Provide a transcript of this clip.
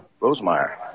Rosemeyer